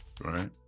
right